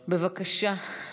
בבקשה.